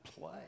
play